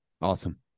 Awesome